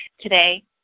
today